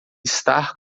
estar